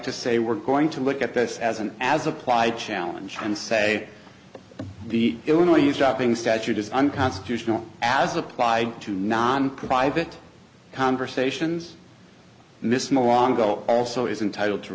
to say we're going to look at this as an as applied challenge and say the illinois you shopping statute is unconstitutional as applied to non private conversations miss mongo also is entitled to